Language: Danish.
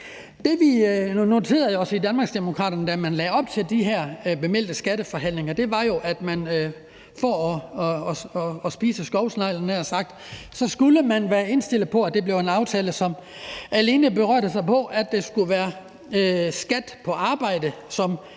Det, vi noterede os i Danmarksdemokraterne, da man lagde op til de bemeldte skatteforhandlinger, var jo, at man for at spise skovsneglen, havde jeg nær sagt, skulle være indstillet på, at det blev en aftale, som alene berørte, at det skulle være skat på arbejde, som